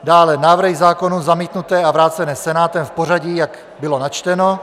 Dále návrhy zákonů zamítnuté a vrácené Senátem v pořadí, jak bylo načteno.